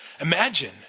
Imagine